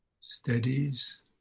steadies